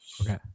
Okay